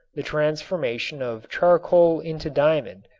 the transformation of charcoal into diamond,